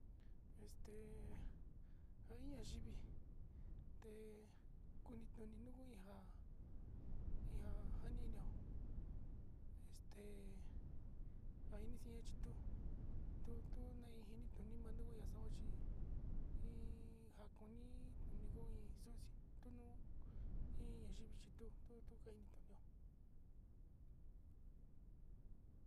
Este njan iin ayiví te kuni nunguu ian, ian njanino este njaini xhinia chituu tuu tuu nai tenjini tini manuu axuu nochi iin njakoni nikoni xuxii tunuu iin anrivi xhitu tuu tukeni tón.